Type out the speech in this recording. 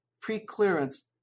pre-clearance